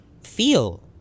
feel